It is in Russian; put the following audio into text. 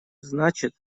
значит